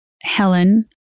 Helen